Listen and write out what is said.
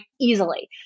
easily